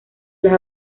las